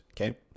okay